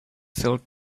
filled